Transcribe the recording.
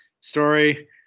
story